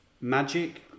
magic